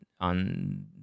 on